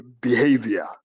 behavior